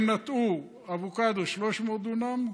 הם נטעו 300 דונם אבוקדו,